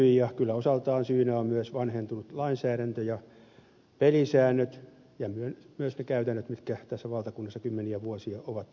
ja kyllä osaltaan syynä ovat myös vanhentunut lainsäädäntö ja pelisäännöt myös ne käytännöt mitkä tässä valtakunnassa kymmeniä vuosia ovat vallinneet